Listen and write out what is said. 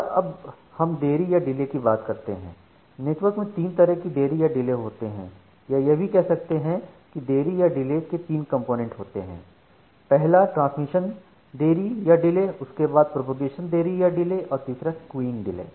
और अब हम देरी या डिले की बात करते हैं नेटवर्क में 3 तरीके के देरी या डिले होते हैं या यह भी कह सकते हैं की देरी या डिले के तीन कंपोनेंट होते हैं पहला ट्रांसमिशन देरी या डिले उसके बाद प्रोपेगेशन देरी या डिले और तीसरा क्यूइंग डिले